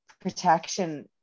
protection